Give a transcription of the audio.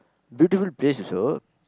beautiful place also